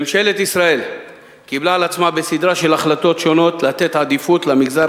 ממשלת ישראל קיבלה על עצמה בסדרה של החלטות שונות לתת עדיפות למגזר